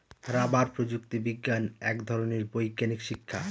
rubber প্রযুক্তি বিজ্ঞান এক ধরনের বৈজ্ঞানিক শিক্ষা